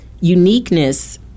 uniqueness